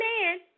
man